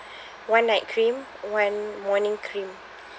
one night cream one morning cream